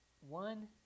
one